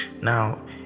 Now